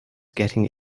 getting